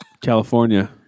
California